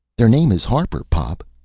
their name is harper, pop!